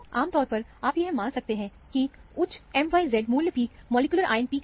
आमतौर पर आप यह मान सकते हैं कि उच्च mz मूल्य पिक मॉलिक्यूलर आयन पीक है